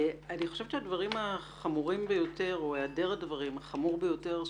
אני חושבת שהדברים החמורים ביותר או היעדר הדברים ששמענו,